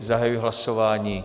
Zahajuji hlasování.